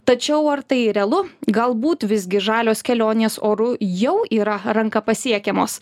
tačiau ar tai realu galbūt visgi žalios kelionės oru jau yra ranka pasiekiamos